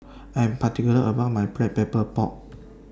I Am particular about My Black Pepper Pork